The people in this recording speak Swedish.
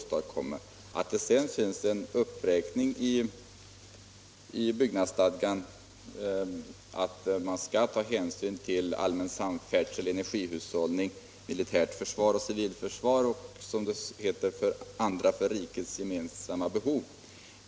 Sedan finns en uppräkning i bygg nadsstadgan — man skall ta hänsyn till ”den allmänna samfärdselns, energihushållningens, det militära försvarets, civilförsvarets och andra för riket gemensamma behov”.